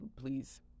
please